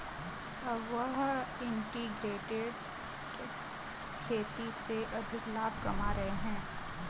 अब वह इंटीग्रेटेड खेती से अधिक लाभ कमा रहे हैं